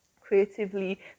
creatively